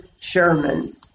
Sherman